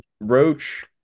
Roach